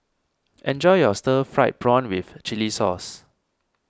enjoy your Stir Fried Prawn with Chili Sauce